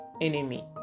enemy